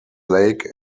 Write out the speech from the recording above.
lake